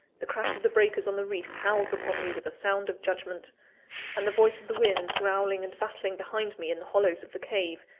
the crash of the breakers on the reef howls upon me with a sound of judgment and the voice of the wind, growling and battling behind me in the hollows of the cave,